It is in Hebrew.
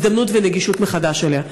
הזדמנות ונגישות מחדש אליה.